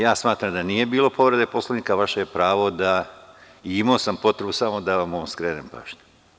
Ja smatram da nije bilo povrede Poslovnika, a vaše je pravo i imao sam potrebu samo da vam skrenem pažnju.